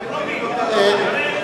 יכולים לתקן אותה,